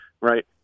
Right